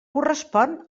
correspon